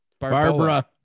Barbara